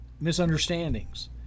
misunderstandings